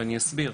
אני אסביר.